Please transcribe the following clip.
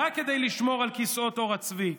רק כדי לשמור על כיסאות עור הצבי.